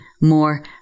more